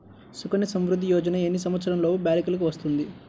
సుకన్య సంవృధ్ది యోజన ఎన్ని సంవత్సరంలోపు బాలికలకు వస్తుంది?